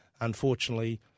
unfortunately